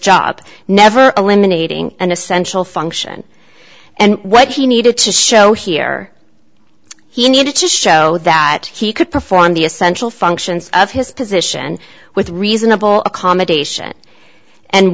job never eliminating an essential function and what he needed to show here he needed to show that he could perform the essential functions of his position with reasonable accommodation and